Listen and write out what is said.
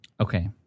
Okay